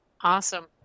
Awesome